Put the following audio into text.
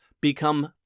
become